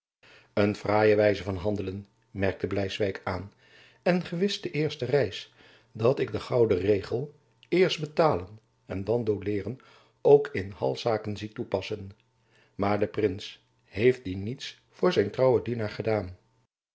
een fraaie wijze van handelen merkte bleiswijck aan en gewis de eerste reis dat ik den ouden regel eerst betalen en dan doleeren ook in halszaken zie toepassen maar de prins heeft die niets voor zijn trouwen dienaar gedaan